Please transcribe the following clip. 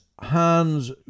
hands